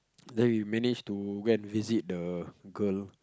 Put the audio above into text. then we manage to go and visit the girl